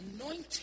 anointing